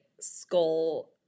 Skull